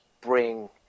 bring